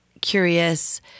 curious